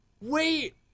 Wait